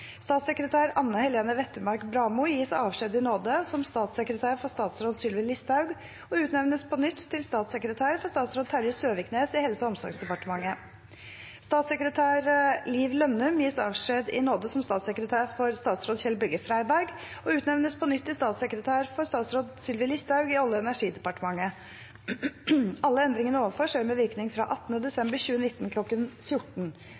Statssekretær Anne Helene Wettermark Bramo gis avskjed i nåde som statssekretær for statsråd Sylvi Listhaug og utnevnes på nytt til statssekretær for statsråd Terje Søviknes i Helse- og omsorgsdepartementet. Statssekretær Liv Lønnum gis avskjed i nåde som statssekretær for statsråd Kjell-Børge Freiberg og utnevnes på nytt til statssekretær for statsråd Sylvi Listhaug i Olje- og energidepartementet. Alle endringene ovenfor skjer med virkning fra